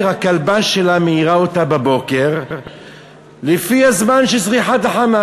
הכלבה שלה מעירה אותה בבוקר לפי הזמן של זריחת החמה.